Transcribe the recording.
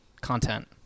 content